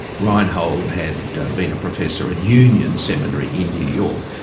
reinhold had been a professor at union seminary in new york,